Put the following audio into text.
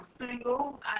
single